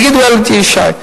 על אלי ישי.